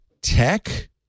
tech